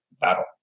battle